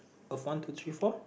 of one two three four